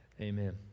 amen